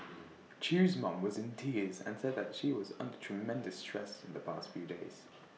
chew's mom was in tears and said that she was under tremendous stress in the past few days